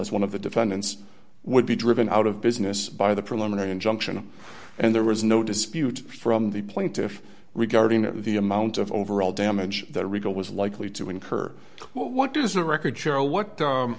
as one of the defendants would be driven out of business by the preliminary injunction and there was no dispute from the plaintiff regarding the amount of overall damage that rico was likely to incur what does a record share a what